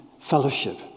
fellowship